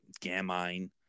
Gamine